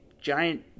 giant